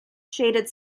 shaded